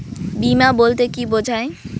বিমা বলতে কি বোঝায়?